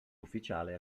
ufficiale